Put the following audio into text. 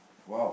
!wow!